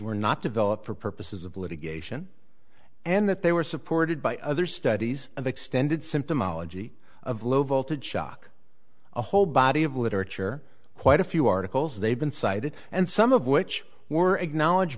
were not developed for purposes of litigation and that they were supported by other studies of extended symptomology of low voltage shock a whole body of literature quite a few articles they've been cited and some of which were acknowledge